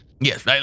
Yes